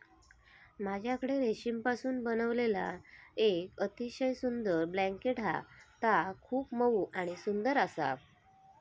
माझ्याकडे रेशीमपासून बनविलेला येक अतिशय सुंदर ब्लँकेट हा ता खूप मऊ आणि सुंदर आसा